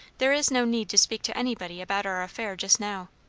there is no need to speak to anybody about our affair just now.